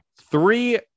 Three